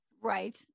right